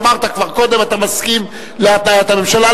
אמרת כבר קודם שאתה מסכים להתניית הממשלה,